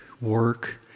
work